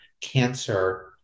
cancer